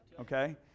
Okay